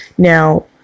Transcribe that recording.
Now